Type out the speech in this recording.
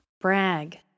Brag